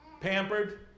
pampered